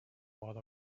while